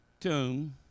tomb